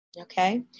okay